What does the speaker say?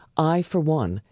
i, for one,